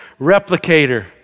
replicator